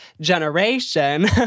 generation